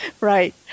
Right